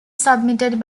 submitted